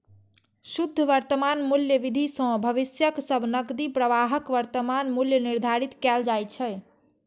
शुद्ध वर्तमान मूल्य विधि सं भविष्यक सब नकदी प्रवाहक वर्तमान मूल्य निर्धारित कैल जाइ छै